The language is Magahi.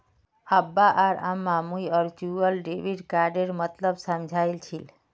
अब्बा आर अम्माक मुई वर्चुअल डेबिट कार्डेर मतलब समझाल छि